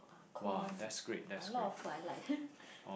cold one lah a lot of food I like